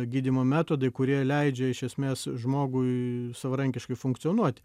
gydymo metodai kurie leidžia iš esmės žmogui savarankiškai funkcionuoti